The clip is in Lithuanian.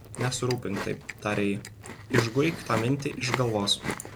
nesirūpink taip tarė ji išguik tą mintį iš galvos